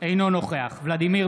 אינו נוכח ולדימיר